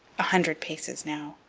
a hundred paces now!